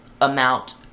amount